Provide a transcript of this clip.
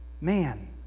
Man